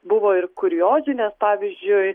buvo ir kuriozinės pavyzdžiui